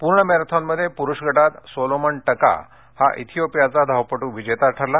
पूर्ण मॅरेथॉनमध्ये पुरुष गटात सोलोमन टका हा इथियोपियाचा धावपट्ट विजेता ठरला